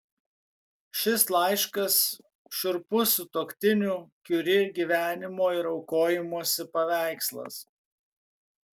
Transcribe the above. šis laiškas šiurpus sutuoktinių kiuri gyvenimo ir aukojimosi paveikslas